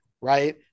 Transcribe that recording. right